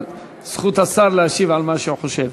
זכות השר להשיב כפי שהוא חושב.